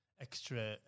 extra